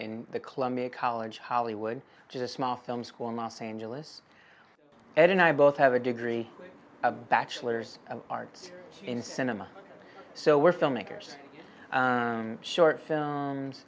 in the columbia college hollywood just small film school in los angeles ed and i both have a degree a bachelor's of art in cinema so we're filmmakers short films